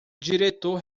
diretor